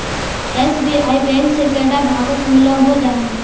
SBI bank से कैडा भागोत मिलोहो जाहा?